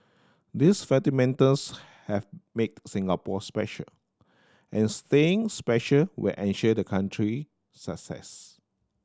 these fundamentals have made Singapore special and staying special will ensure the country success